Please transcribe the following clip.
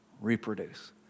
reproduce